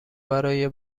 برای